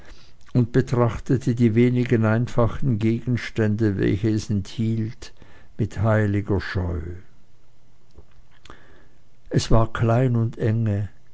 und betrachtete die wenigen einfachen gegenstände welche es enthielt mit heiliger scheu es war klein und enge